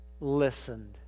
listened